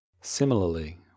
Similarly